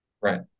Right